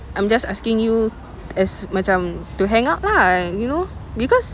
I'm just asking you as macam to hang out lah you know because